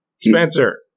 Spencer